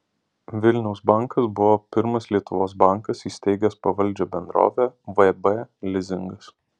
vilniaus bankas buvo pirmas lietuvos bankas įsteigęs pavaldžią bendrovę vb lizingas